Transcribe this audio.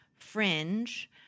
fringe